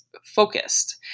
focused